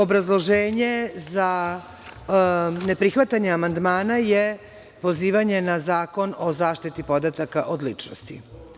Obrazloženje za ne prihvatanje amandmana je pozivanje na Zakon o zaštiti podataka o ličnosti.